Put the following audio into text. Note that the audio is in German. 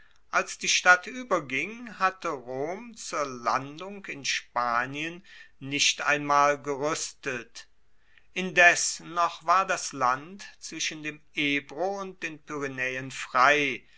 als die stadt ueberging hatte rom zur landung in spanien nicht einmal geruestet indes noch war das land zwischen dem ebro und den pyrenaeen frei